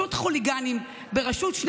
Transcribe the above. פשוט חוליגנים,